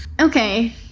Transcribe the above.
okay